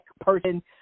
person